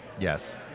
Yes